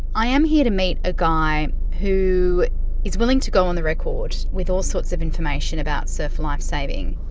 i am here to meet a guy who is willing to go on the record with all sorts of information about surf lifesaving.